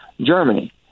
Germany